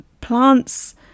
plants